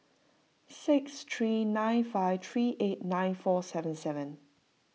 six three nine five three eight nine four seven seven